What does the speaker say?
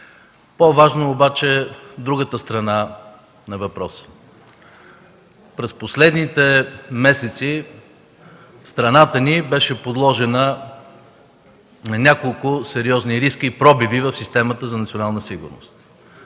По-важна е другата страна на въпроса. През последните месеци страната ни беше подложена на няколко сериозни риска и пробиви в системата за национална сигурност.